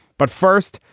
but first,